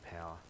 power